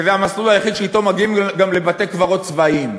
שזה המסלול היחיד שאתו מגיעים גם לבתי-קברות צבאיים.